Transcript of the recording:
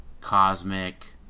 Cosmic